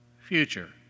future